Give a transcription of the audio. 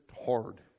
hard